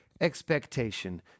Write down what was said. expectation